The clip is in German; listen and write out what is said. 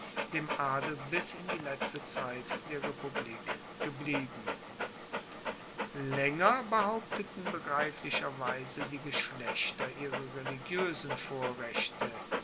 dem adel bis in die letzte zeit der republik geblieben laenger behaupteten begreiflicherweise die geschlechter ihre religioesen vorrechte